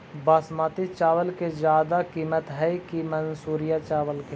बासमती चावल के ज्यादा किमत है कि मनसुरिया चावल के?